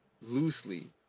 loosely